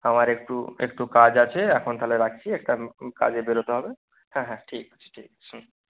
আমার একটু একটু কাজ আছে এখন তাহলে রাখছি একটা কাজে বেরোতে হবে হ্যাঁ হ্যাঁ ঠিক আছে ঠিক আছে হুম